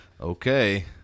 Okay